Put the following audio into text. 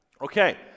Okay